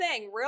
real